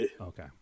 Okay